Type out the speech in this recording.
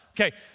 Okay